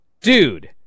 Dude